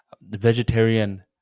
vegetarian